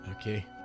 Okay